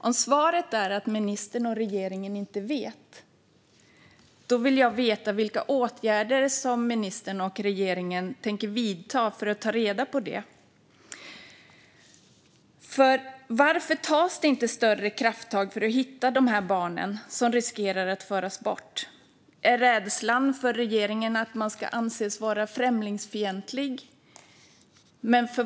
Om svaret är att ministern och regeringen inte vet, fru talman, vill jag veta vilka åtgärder ministern och regeringen tänker vidta för att ta reda på det. Varför tas det inte större krafttag för att hitta de barn som riskerar att föras bort? Finns det en rädsla i regeringen för att anses vara främlingsfientlig?